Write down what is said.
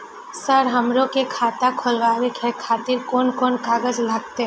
Sir हमरो के खाता खोलावे के खातिर कोन कोन कागज लागते?